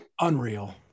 unreal